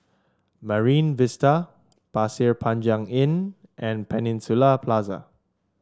Marine Vista Pasir Panjang Inn and Peninsula Plaza